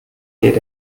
geht